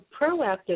proactive